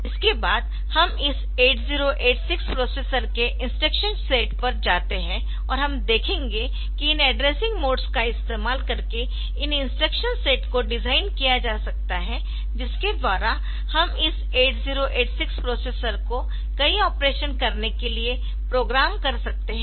इसके बाद हम इस 8086 प्रोसेसर के इंस्ट्रक्शन सेट पर जाते है और हम देखेंगे कि इन एड्रेसिंग मोड्स का इस्तेमाल करके इन इंस्ट्रक्शन्स सेट को डिज़ाइन किया जा सकता है जिसके द्वारा हम इस 8086 प्रोसेसर को कई ऑपरेशन करने के लिए प्रोग्राम कर सकते है